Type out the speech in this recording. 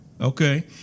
okay